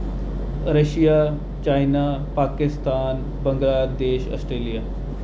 Russia China Pakistan Bangladesh Australia